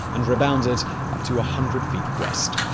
and rebounded up to a hundred feet west.